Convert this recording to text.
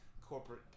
corporate